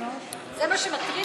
אדוני היושב-ראש, זה מה שמטריד אותך?